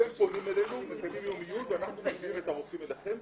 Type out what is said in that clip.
אתם פונים אלינו ואנחנו מביאים את הרופאים אליכם,